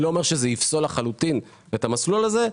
אני לא אומר שזה יפסול לחלוטין את המסלול הזה,